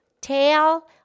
tail